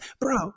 Bro